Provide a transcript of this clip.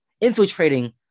infiltrating